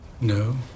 No